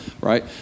right